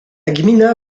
gmina